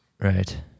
Right